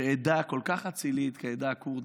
שעדה כל כך אצילית כעדה הכורדית,